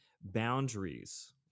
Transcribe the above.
boundaries